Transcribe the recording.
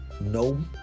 no